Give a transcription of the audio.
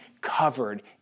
covered